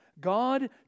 God